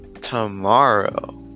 tomorrow